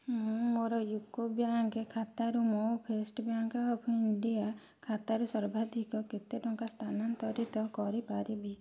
ମୁଁ ମୋର UCO bank ଖାତାରୁ ମୋ ଫେଷ୍ଟ ବ୍ୟାଙ୍କ୍ ଅଫ୍ ଇଣ୍ଡିଆ ଖାତାରୁ ସର୍ବାଧିକ କେତେ ଟଙ୍କା ସ୍ଥାନାନ୍ତରିତ କରିପାରିବି